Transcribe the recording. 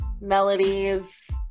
melodies